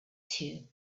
too